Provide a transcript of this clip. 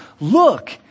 look